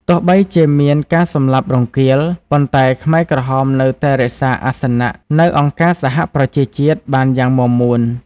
ទោះបីជាមានការសម្លាប់រង្គាល ប៉ុន្តែខ្មែរក្រហមនៅតែរក្សាអាសនៈនៅអង្គការសហប្រជាជាតិបានយ៉ាងមាំមួន។